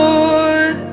Lord